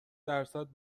درصد